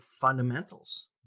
fundamentals